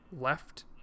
left